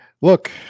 Look